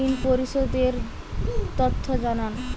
ঋন পরিশোধ এর তথ্য জানান